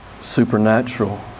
supernatural